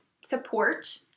support